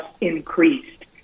increased